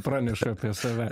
praneša apie save